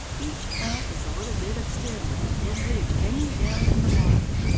each plant is a little bit of stem with a thin root hanging down in the water.